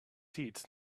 seats